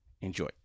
Enjoy